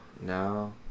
no